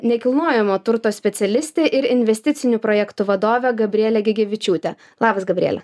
nekilnojamo turto specialistė ir investicinių projektų vadovė gabriele gegevičiūte labas gabriele